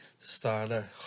Starter